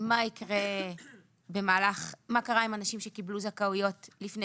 מה קרה עם אנשים שקיבלו זכאויות לפני